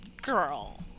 Girl